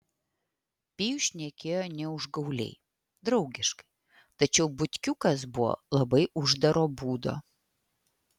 pijus šnekėjo ne užgauliai draugiškai tačiau butkiukas buvo labai uždaro būdo